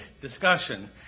discussion